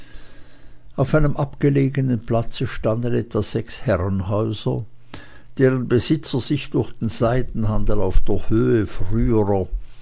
auf einem abgelegenen platze standen etwa sechs herrenhäuser deren besitzer sich durch den seidenhandel auf der höhe früherer